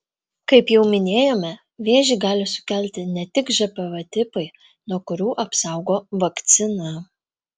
kaip jau minėjome vėžį gali sukelti ne tik žpv tipai nuo kurių apsaugo vakcina